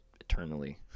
eternally